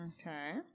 Okay